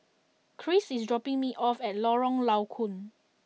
Kris is dropping me off at Lorong Low Koon